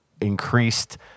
increased